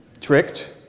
Tricked